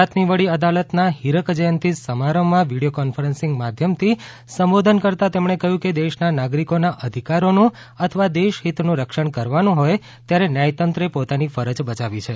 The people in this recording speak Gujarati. ગુજરાતની વડી અદાલતના હીરક જયંતી સમારંભમાં વિડીયો કોન્ફરન્સીંગ માધ્યમથી સંબોધન કરતા તેમણે કહયું કે દેશના નાગરીકોના અધિકારોનું અથવા દેશહિતનું રક્ષણ કરવાનું હોય ત્યારે ન્યાયતંત્રે પોતાની ફરજ બજાવી છે